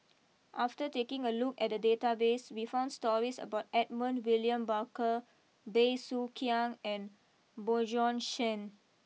after taking a look at the database we found stories about Edmund William Barker Bey Soo Khiang and Bjorn Shen